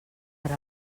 per